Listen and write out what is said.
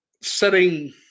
setting